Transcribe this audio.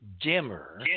dimmer